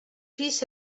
peace